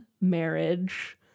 marriage